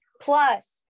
plus